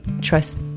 trust